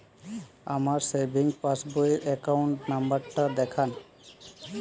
আমার savings passbook র account number টা দেখান?